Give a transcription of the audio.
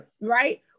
Right